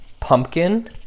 pumpkin